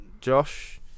Josh